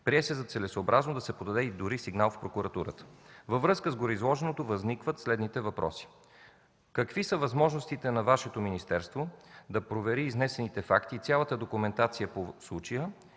Прието е за целесъобразно да се подаде дори сигнал до прокуратурата. Във връзка с гореизложеното възникват следните въпроси. Какви са възможностите на Вашето министерство да провери изнесените факти и цялата документация по случая?